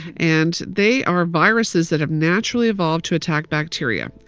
and they are viruses that have naturally evolved to attack bacteria.